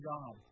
God